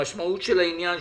המשמעות של העניין,